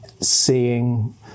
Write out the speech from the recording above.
seeing